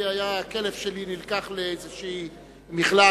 הכלב שלי נלקח לאיזו מכלאה,